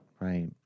Right